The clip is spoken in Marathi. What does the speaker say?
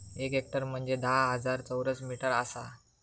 एक हेक्टर म्हंजे धा हजार चौरस मीटर आसा